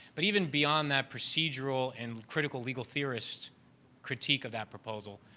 but even beyond that procedural and critical legal theorist's critique of that proposal,